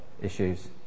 issues